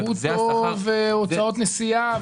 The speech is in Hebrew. ברוטו והוצאות נסיעה?